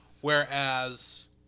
Whereas